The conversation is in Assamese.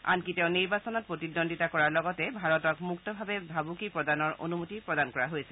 আনকি তেওঁক নিৰ্বাচনত প্ৰতিদ্বন্দ্বিতা কৰাৰ লগতে ভাৰতক মুক্তভাৱে ভাবুকি প্ৰদানৰ অনুমতি প্ৰদান কৰা হৈছে